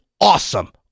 awesome